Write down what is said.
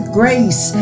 grace